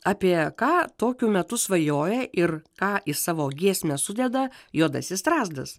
apie ką tokiu metu svajoja ir ką į savo giesmę sudeda juodasis strazdas